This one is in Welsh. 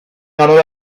nghanol